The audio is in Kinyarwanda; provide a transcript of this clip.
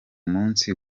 munsi